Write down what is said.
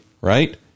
right